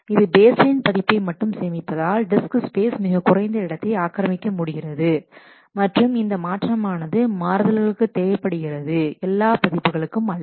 இது பேஸ்லைன் பதிப்பை மட்டும் சேமிப்பதால் டிஸ்க் ஸ்பேஸ் மிக குறைந்த இடத்தை ஆக்கிரமிக்க முடிகிறது மற்றும் இந்த மாற்றமானது மாறுதல்களுக்கு தேவைப்படுகிறது எல்லா பதிப்புகளுக்கும் அல்ல